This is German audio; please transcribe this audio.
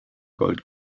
gold